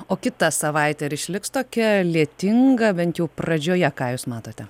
o kita savaitė ar išliks tokia lietinga bent jau pradžioje ką jūs matote